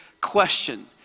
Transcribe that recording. question